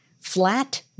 flat